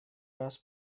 раз